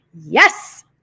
Yes